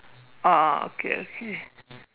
oh oh okay okay